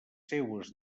seues